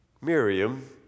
Miriam